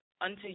unto